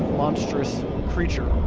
monstrous creature.